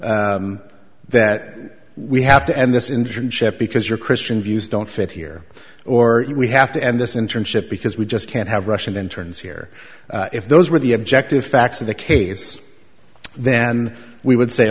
example that we have to end this internship because you're christian views don't fit here or we have to end this internship because we just can't have russian interns here if those were the objective facts of the case then we would say